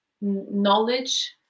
knowledge